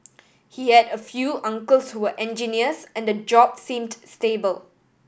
he had a few uncles who were engineers and the job seemed stable